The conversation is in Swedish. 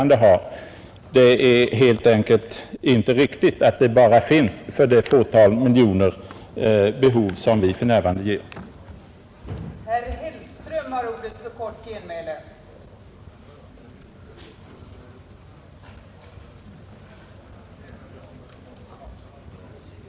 Det är helt enkelt inte riktigt att det bara finns behov för det fåtal miljoner som för närvarande anslås för ändamålet.